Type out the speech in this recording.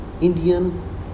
indian